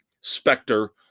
specter